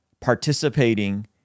participating